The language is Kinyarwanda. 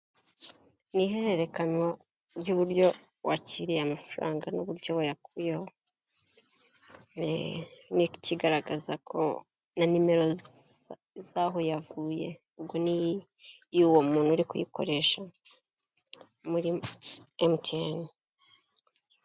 Ni ihererekanywa ry'uburyo wakiriye amafaranga n'uburyo wayakuyeho n'ikigaragaza ko na nimero z'aho yavuye ubwo ni iy'uwo muntu uri kuyikoresha muri emutiyene.